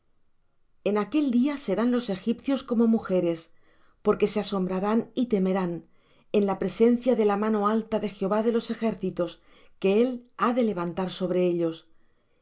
en aquel día serán los egipcios como mujeres porque se asombrarán y temerán en la presencia de la mano alta de jehová de los ejércitos que él ha de levantar sobre ellos